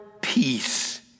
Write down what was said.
peace